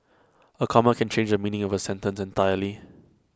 A comma can change the meaning of A sentence entirely